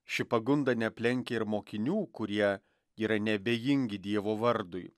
ši pagunda neaplenkė ir mokinių kurie yra neabejingi dievo vardui